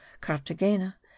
Cartagena